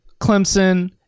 Clemson